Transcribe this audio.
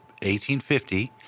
1850